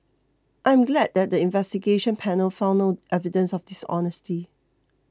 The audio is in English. I'm glad that the Investigation Panel found no evidence of dishonesty